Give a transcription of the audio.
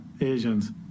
Asians